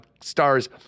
Stars